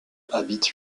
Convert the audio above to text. habitent